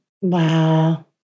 Wow